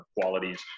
qualities